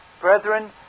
Brethren